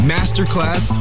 Masterclass